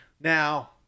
now